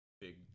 big